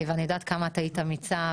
אני יודעת כמה את היית אמיצה.